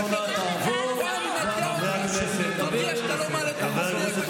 אתה מוזמן.